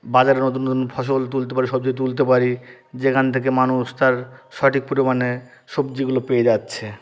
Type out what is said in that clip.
বাজারে নতুন নতুন ফসল তুলতে পারি সবজি তুলতে পারি যেখান থেকে মানুষ তার সঠিক পরিমাণে সবজিগুলো পেয়ে যাচ্ছে